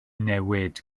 newid